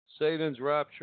SatansRapture